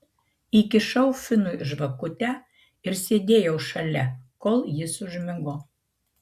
įkišau finui žvakutę ir sėdėjau šalia kol jis užmigo